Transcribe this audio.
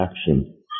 action